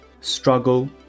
struggle